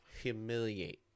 humiliate